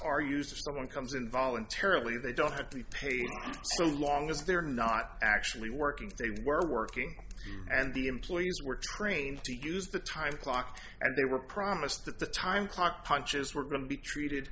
are used someone comes in voluntarily they don't have to be paid so long as they're not actually working they were working and the employees were trained to use the time clock and they were promised that the time clock punches were going to be treated